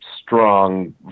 strong